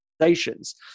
organizations